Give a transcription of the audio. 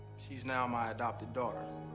she's now my adopted daughter.